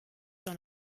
dans